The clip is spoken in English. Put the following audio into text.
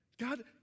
God